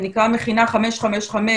זה נקרא 'מכינה 555',